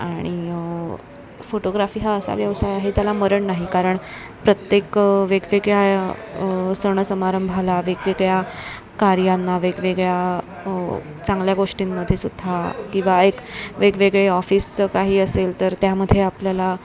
आणि फोटोग्राफी हा असा व्यवसाय आहे त्याला मरण नाही कारण प्रत्येक वेगवेगळ्या सणसमारंभाला वेगवेगळ्या कार्यांना वेगवेगळ्या चांगल्या गोष्टींमध्ये सुद्धा किंवा एक वेगवेगळे ऑफिसचं काही असेल तर त्यामध्ये आपल्याला